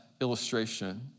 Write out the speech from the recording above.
illustration